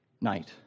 night